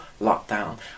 lockdown